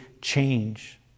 change